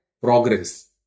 progress